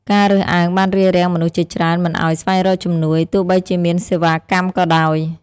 ការរើសអើងបានរារាំងមនុស្សជាច្រើនមិនឱ្យស្វែងរកជំនួយ ទោះបីជាមានសេវាកម្មក៏ដោយ។